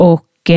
Och